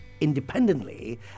independently